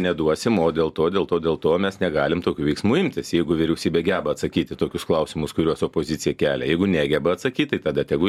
neduosim o dėl to dėl to dėl to mes negalim tokių veiksmų imtis jeigu vyriausybė geba atsakyti tokius klausimus kuriuos opozicija kelia jeigu negeba atsakyti tai tada tegu